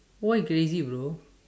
why crazy bro